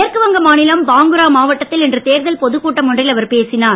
மேற்குவங்க மாநிலம் பாங்குரா மாவட்டத்தில் இன்று தேர்தல் பொதுக்கூட்டம் ஒன்றில் அவர் பேசினார்